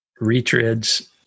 Retreads